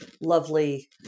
lovely